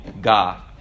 god